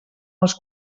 els